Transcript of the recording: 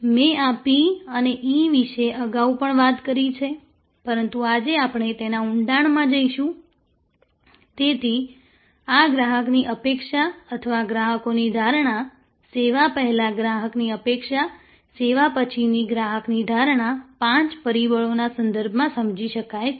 મેં આ p અને e વિશે અગાઉ પણ વાત કરી છે પરંતુ આજે આપણે તેના ઊંડાણમાં જઈશું તેથી આ ગ્રાહકની અપેક્ષા અથવા ગ્રાહકોની ધારણા સેવા પહેલાં ગ્રાહકની અપેક્ષા સેવા પછીની ગ્રાહકની ધારણા પાંચ પરિબળોના સંદર્ભમાં સમજી શકાય છે